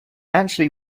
actually